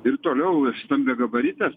ir toliau stambiagabaritės